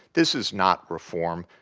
this is not reform.